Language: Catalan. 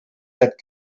set